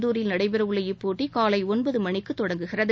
இந்தூரில் நடைபெறவுள்ள இப்போட்டி காலை ஒன்பது மணிக்கு தொடங்குகிறது